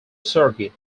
circuit